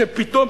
שפתאום,